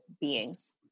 beings